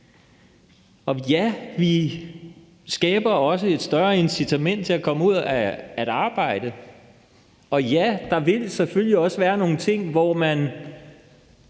og ja, vi skaber også et større incitament til at komme ud at arbejde, og ja, der vil selvfølgelig også være nogle ting, hvor man